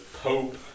Pope